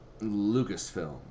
Lucasfilm